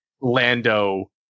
Lando